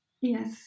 yes